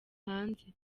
hanze